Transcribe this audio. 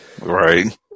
Right